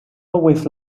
always